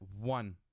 one